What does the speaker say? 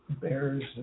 Bears